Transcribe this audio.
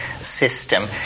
system